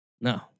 no